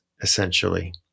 essentially